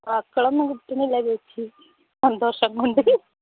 വാക്കുകളൊന്നും കിട്ടുന്നില്ല ചേച്ചി സന്തോഷം കൊണ്ട്